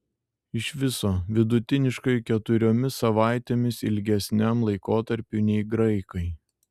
iš viso vidutiniškai keturiomis savaitėmis ilgesniam laikotarpiui nei graikai